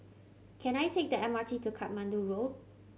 can I take the M R T to Katmandu Road